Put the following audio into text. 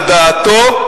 על דעתו,